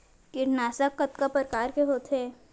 कीटनाशक कतका प्रकार के होथे?